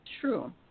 true